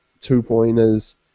two-pointers